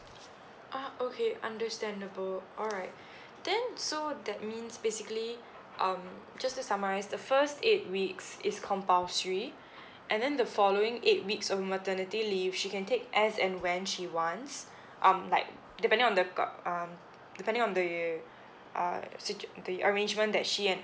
ah okay understandable alright then so that means basically um just to summarise the first eight weeks is compulsory and then the following eight weeks of maternity leave she can take as and when she wants um like depending on the co~ um depending on the uh situat~ the arrangement that she and